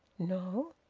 no.